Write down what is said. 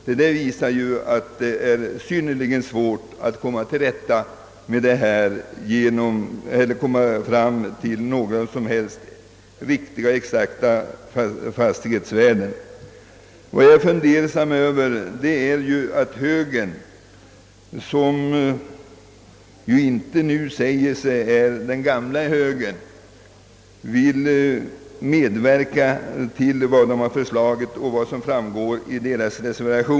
Detta visar de stora svårigheterna att komma fram till ett exakt fastighetsvärde. Det verkar underligt att högern, som ju säger sig inte vara den gamla högern, vill medverka till vad som föreslagits i motionen och reservationen från högerhåll.